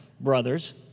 Brothers